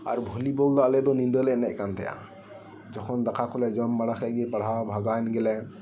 ᱟᱨ ᱵᱷᱚᱞᱤᱵᱚᱞᱫᱚ ᱟᱞᱮᱫᱚ ᱧᱤᱫᱟᱹᱞᱮ ᱮᱱᱮᱡ ᱠᱟᱱᱛᱟᱦᱮᱸᱜᱼᱟ ᱡᱚᱠᱷᱚᱱ ᱫᱟᱠᱟᱠᱩᱞᱮ ᱡᱚᱢ ᱵᱟᱲᱟᱠᱮᱫ ᱜᱮ ᱯᱟᱲᱦᱟᱣ ᱵᱷᱟᱜᱟᱣᱮᱱ ᱜᱮᱞᱮ